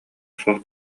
суох